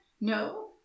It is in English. no